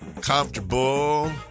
comfortable